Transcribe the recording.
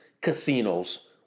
casinos